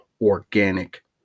organic